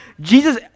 Jesus